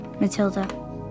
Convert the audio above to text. Matilda